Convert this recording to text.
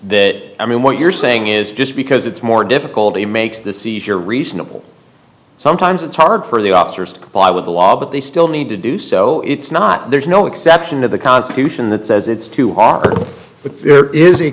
that i mean what you're saying is just because it's more difficult to make the see here reasonable sometimes it's hard for the officers to buy with the law that they still need to do so it's not there's no exception of the constitution that says it's too often but there is a